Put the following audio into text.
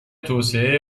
توسعه